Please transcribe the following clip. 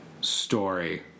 story